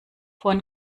von